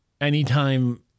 anytime